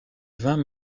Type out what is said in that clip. vingt